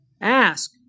Ask